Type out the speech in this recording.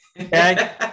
okay